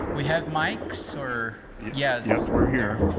we have mics or yes. yes, we're here.